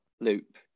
loop